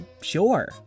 sure